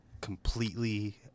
completely